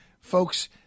folks